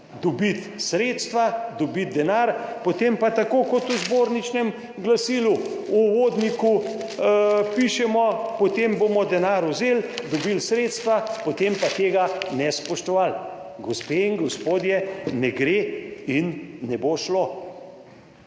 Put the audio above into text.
dobiti sredstva, dobiti denar, potem pa tako kot v zborničnem glasilu, v uvodniku pišemo, potem bomo denar vzeli, dobili sredstva, potem pa tega ne spoštovali. Gospe in gospodje, ne gre in ne bo šlo.